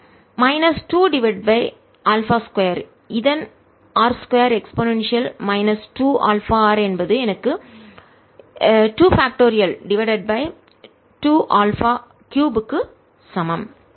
minus 2 divided by α 2 இதன் r 2 e 2 α r என்பது எனக்கு 2பாக்ட்டோரியல் காரணி டிவைடட் பை 2 α 3 க்கு சமம்